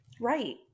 Right